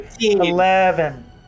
eleven